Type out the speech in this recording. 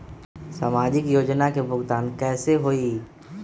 समाजिक योजना के भुगतान कैसे होई?